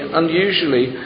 unusually